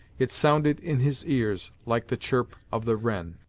it sounded in his ears, like the chirp of the wren.